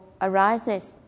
arises